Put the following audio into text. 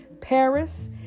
Paris